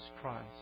Christ